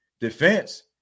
defense